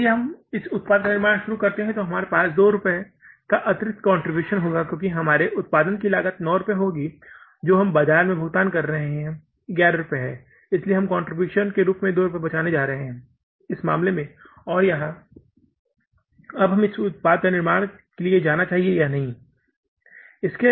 इसलिए यदि हम उत्पाद का निर्माण शुरू करते हैं तो हमारे पास प्रति यूनिट 2 रुपये का अतिरिक्त कंट्रीब्यूशन होगा क्योंकि हमारे उत्पादन की लागत 9 रुपये होगी जो हम बाजार में भुगतान कर रहे हैं 11 रुपये है इसलिए हम कंट्रीब्यूशन के रूप में 2 रुपये बचाने जा रहे हैं इस मामले में और यहाँ अब हमें इस उत्पाद के निर्माण के लिए जाना चाहिए या नहीं